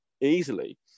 easily